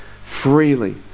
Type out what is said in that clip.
freely